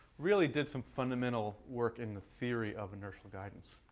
really did some fundamental work in the theory of inertia guidance.